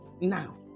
Now